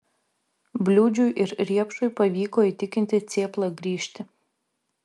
bliūdžiui ir riepšui pavyko įtikinti cėplą grįžti